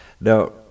Now